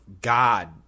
God